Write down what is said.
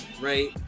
Right